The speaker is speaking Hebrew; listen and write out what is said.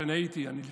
שאני הייתי בה,